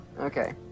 Okay